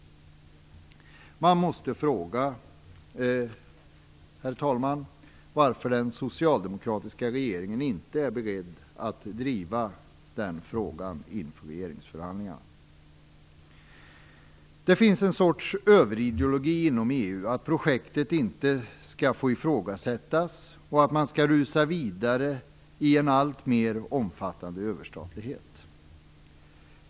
Man måste fråga, herr talman, varför den socialdemokratiska regeringen inte är beredd att driva den frågan inför regeringsförhandlingarna. Det finns en sorts överideologi inom EU som innebär att projektet inte skall få ifrågasättas, och att man skall rusa vidare i en alltmer omfattande överstatlighet.